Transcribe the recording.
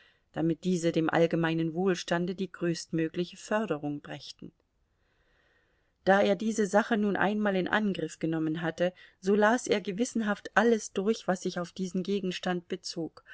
damit diese dem allgemeinen wohlstande die größtmögliche förderung brächten da er diese sache nun einmal in angriff genommen hatte so las er gewissenhaft alles durch was sich auf diesen gegenstand bezog